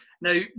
Now